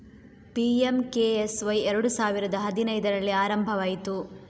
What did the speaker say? PMKSY ಎರಡು ಸಾವಿರದ ಹದಿನೈದರಲ್ಲಿ ಆರಂಭವಾಯಿತು